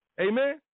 Amen